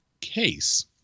case